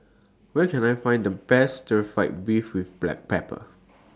Where Can I Find The Best Stir Fry Beef with Black Pepper